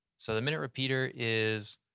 so the minute repeater is.